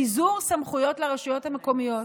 וזה ביזור סמכויות לרשויות המקומיות.